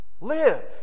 live